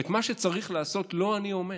ואת מה שצריך לעשות לא אני אומר,